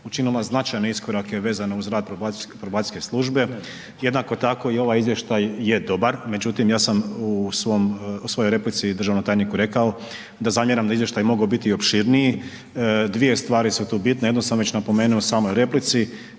učinila značajne iskorake vezane uz rad probacijske službe. Jednako tako i ovaj izvještaj je dobar, međutim ja sam u svom, svojoj replici državnom tajniku rekao da zamjeram da je izvještaj mogao biti i opširniji. Dvije stvari su tu bitne jednu sam već napomenuo u samoj replici,